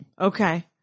Okay